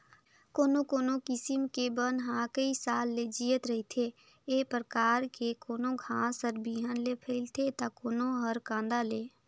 कोनो कोनो किसम के बन ह कइ साल ले जियत रहिथे, ए परकार के कोनो घास हर बिहन ले फइलथे त कोनो हर कांदा ले